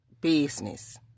business